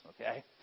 okay